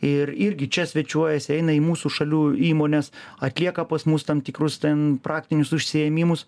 ir irgi čia svečiuojasi eina į mūsų šalių įmones atlieka pas mus tam tikrus ten praktinius užsiėmimus